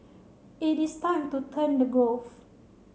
it is time to turn to growth